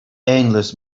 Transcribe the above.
endless